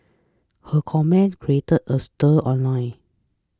her comments created a stir online